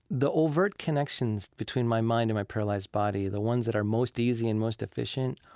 the overt connections between my mind and my paralyzed body, the ones that are most easy and most efficient,